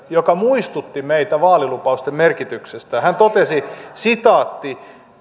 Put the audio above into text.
joka muistutti meitä vaalilupausten merkityksestä hän totesi